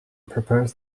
proposed